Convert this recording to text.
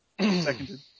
Seconded